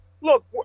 Look